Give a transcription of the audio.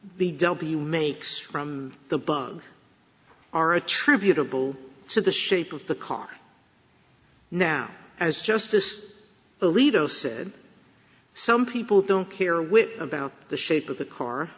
the w makes from the bug are attributable to the shape of the car now as justice alito said some people don't care whit about the shape of the car